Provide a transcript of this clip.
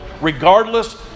regardless